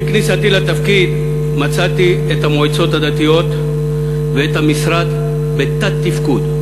עם כניסתי לתפקיד מצאתי את המועצות הדתיות ואת המשרד בתת-תפקוד.